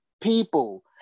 people